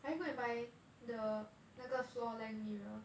are you gonna buy 那个 floor length mirror